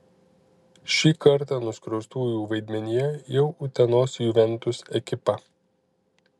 šį kartą nuskriaustųjų vaidmenyje jau utenos juventus ekipa